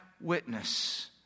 witness